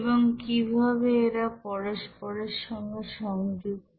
এবং কিভাবে এরা পরস্পরের সঙ্গে সংযুক্ত